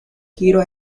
giro